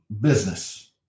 business